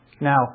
Now